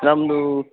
ನಮ್ಮದು